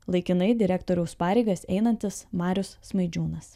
laikinai direktoriaus pareigas einantis marius smaidžiūnas